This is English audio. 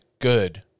good